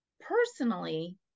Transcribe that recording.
personally